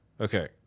Okay